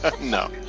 No